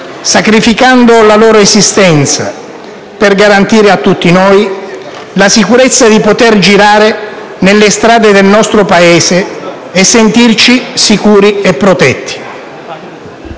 sacrificando la loro esistenza, per garantire a tutti noi la sicurezza di poter girare nelle strade del nostro Paese e sentirci sicuri e protetti.